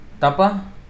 tapa